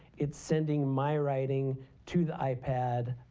it's sending my writing to the ipad.